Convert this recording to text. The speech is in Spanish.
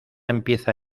empiezan